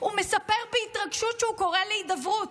הוא מספר בהתרגשות שהוא קורא להידברות.